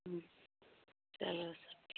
चलो सब ठीक हे